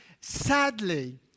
sadly